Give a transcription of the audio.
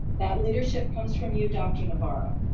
that leadership comes from you, dr. navarro.